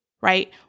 right